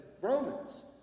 Romans